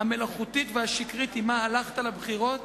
המלאכותית והשקרית, שעמה הלכת לבחירות